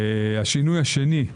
השינוי השני-